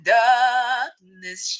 darkness